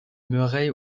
murray